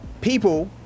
people